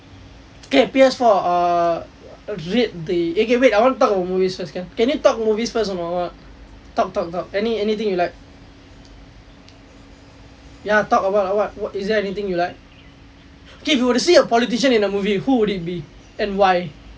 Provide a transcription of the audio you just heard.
P P_S four err rate the eh okay wait I want to talk about movies first can can we talk movies first can anot talk talk talk any~ anything you like ya talk about uh what what is there anything you like okay if you were to see a politician in a movie who would it be and why